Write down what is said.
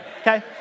Okay